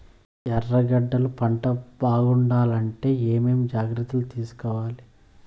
ఎర్రగడ్డలు పంట బాగుండాలంటే ఏమేమి జాగ్రత్తలు తీసుకొవాలి?